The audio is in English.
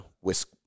whisk